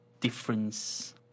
difference